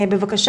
בבקשה.